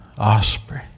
osprey